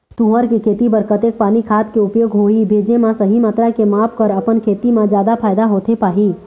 तुंहर के खेती बर कतेक पानी खाद के उपयोग होही भेजे मा सही मात्रा के माप कर अपन खेती मा जादा फायदा होथे पाही?